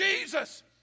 Jesus